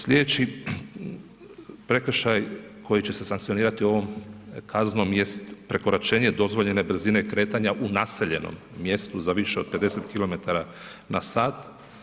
Sljedeći prekršaj koji će se sankcionirati ovom kaznom je prekoračenje dozvoljene brzine kretanja u naseljenom mjestu za više od 50km na sat.